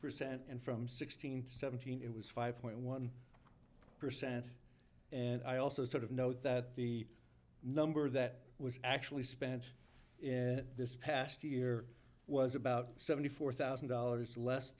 percent and from sixteen to seventeen it was five point one percent and i also sort of know that the number that was actually spent in this past year was about seventy four thousand dollars less